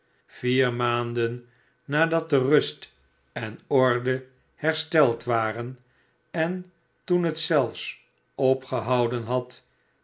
vier maanden nadat de rust en orde hersteld waren en toen het zelfs opgehouden had